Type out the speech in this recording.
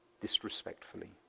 disrespectfully